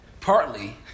partly